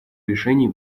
решении